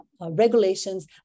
regulations